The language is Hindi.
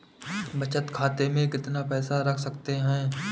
बचत खाते में कितना पैसा रख सकते हैं?